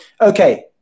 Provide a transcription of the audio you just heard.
Okay